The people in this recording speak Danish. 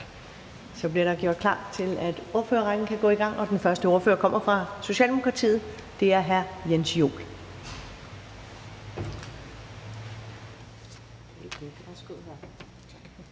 Så bliver der gjort klar til, at ordførerrækken kan gå i gang, og den første ordfører kommer fra Socialdemokratiet. Det er hr. Jens Joel.